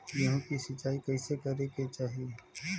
गेहूँ के सिंचाई कइसे करे के चाही?